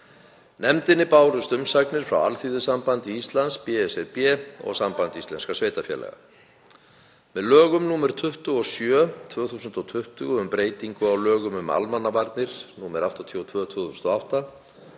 Nefndinni bárust umsagnir frá Alþýðusambandi Íslands, BSRB og Sambandi íslenskra sveitarfélaga. Með lögum nr. 27/2020, um breytingu á lögum um almannavarnir, nr. 82/2008,